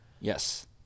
Yes